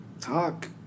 Talk